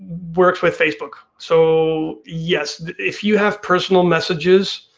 works with facebook, so yes, if you have personal messages,